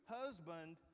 husband